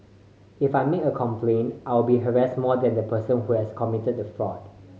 if I make a complaint I will be harassed more than the person who has committed the fraud